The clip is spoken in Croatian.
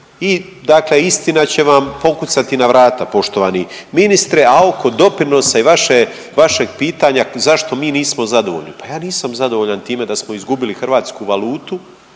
I dakle istina će vam pokucati na vrata, poštovani ministre, a oko doprinosa i vašeg pitanja zašto mi nismo zadovoljni. Pa ja nisam zadovoljan time da smo izgubili hrvatsku valutu,